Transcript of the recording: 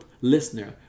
listener